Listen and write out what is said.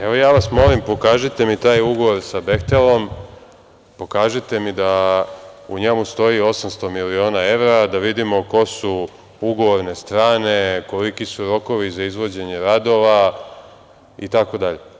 Evo, ja vas molim, pokažite mi taj ugovor sa „Behtelom“, pokažite mi da u njemu stoji 800 miliona evra, da vidimo ko su ugovorne strane, koliki su rokovi za izvođenje radova, i tako dalje.